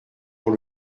pour